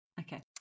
okay